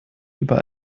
über